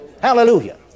Hallelujah